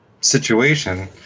situation